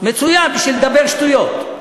מצוין בשביל לדבר שטויות.